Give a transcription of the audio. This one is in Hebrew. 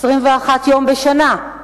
21 יום בשנה.